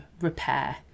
Repair